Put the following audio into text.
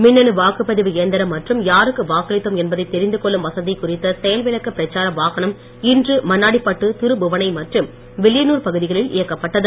மின்னணு வாக்குப்பதிவு எந்திரம் மற்றும் யாருக்கு வாக்களித்தோம் என்பதை தெரிந்துகொள்ளும் வசதி குறித்த செயல்விளக்க பிரச்சார வாகனம் இன்று மண்ணாடிப்பேட்டை திருபுவனை மற்றும் வில்லியனூர் பகுதிகளில் இயக்கப்பட்டது